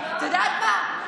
את יודעת מה?